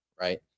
right